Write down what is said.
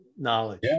knowledge